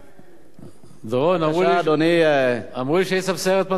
דורון, אמרו לי שהיית בסיירת מטכ"ל.